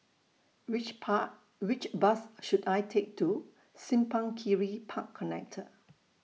Which Pa Which Bus should I Take to Simpang Kiri Park Connector